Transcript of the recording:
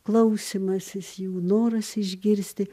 klausymasis jų noras išgirsti